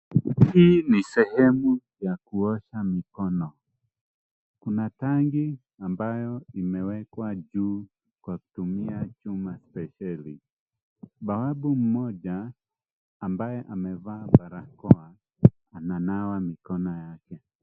Hii ni sehemu ya kuosha mikono. Kuna tanki ambayo imewekwa juu kwa kutumia chuma spesheli. Bawabu mmoja ambaye amevaa barakoa ananawa mikono yake.